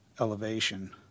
elevation